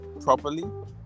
properly